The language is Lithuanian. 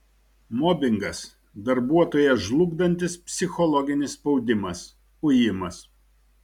mobingas darbuotoją žlugdantis psichologinis spaudimas ujimas